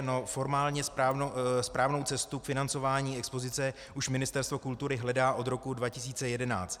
No, formálně správnou cestu k financování expozice už Ministerstvo kultury hledá od roku 2011.